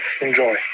Enjoy